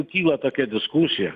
kyla tokia diskusija